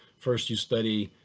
first you study